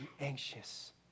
anxious